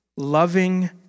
loving